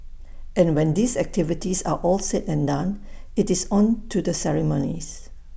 and when these activities are all said and done IT is on to the ceremonies